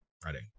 Friday